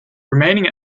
remaining